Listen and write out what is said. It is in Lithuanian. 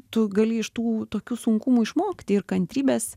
tu gali iš tų tokių sunkumų išmokti ir kantrybės